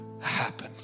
happen